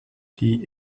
die